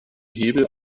hebel